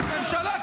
בשדרות.